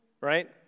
right